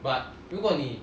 but 如果你